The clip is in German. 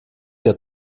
der